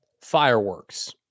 fireworks